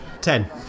Ten